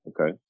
Okay